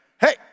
hey